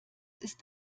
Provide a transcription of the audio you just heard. ist